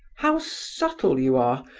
how subtle you are,